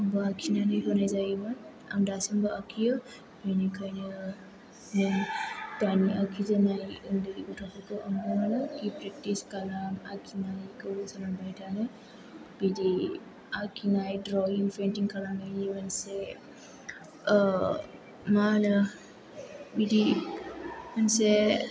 आंबो आखिनानै होनाय जायोमोन आं दासिमबो आखियो बेनिखायनो दानि आखिजेननाय उन्दै गथ'फोरखौ आं बुङो कि प्रेक्टिस खालाम आखिनायखौ सोलोंबाय थानो बिदि आखिनाय द्रयिं पेइन्टिं खालामनायनि मोनसे मा होनो बिदि मोनसे